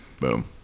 Boom